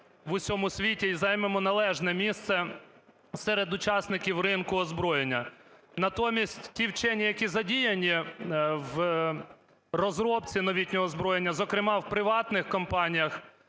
в усьому світі і займемо належне місце серед учасників ринку озброєння. Натомість ті вчені, які задіяні в розробці новітнього озброєння, зокрема в приватних компаніях,